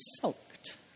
sulked